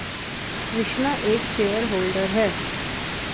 कृष्णा एक shareholder है